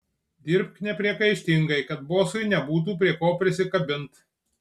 dirbk nepriekaištingai kad bosui nebūtų prie ko prisikabint